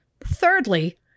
Thirdly